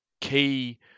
key